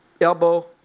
elbow